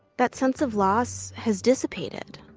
that sense of loss has dissipated.